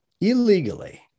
illegally